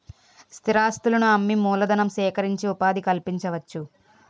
స్థిరాస్తులను అమ్మి మూలధనం సేకరించి ఉపాధి కల్పించవచ్చు